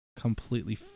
completely